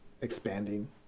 expanding